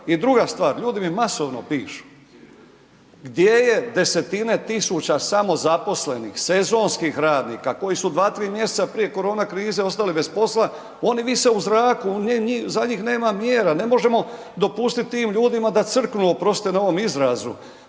I druga stvar, ljudi mi masovno pišu, gdje je 10-tine tisuća samozaposlenih, sezonskih radnika koji su 2-3 mjeseca prije korona krize ostali bez posla, oni vise u zraku, za njih nema mjera. Ne možemo dopustiti tim ljudima da crknu, oprostite na ovom izrazu.